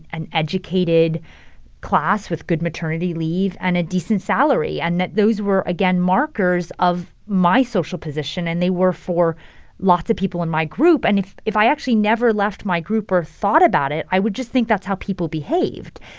an educated class with good maternity leave and a decent salary, and that those were, again, markers of my social position and they were for lots of people in my group. and if if i actually never left my group or thought about it, i would just think that's how people behaved.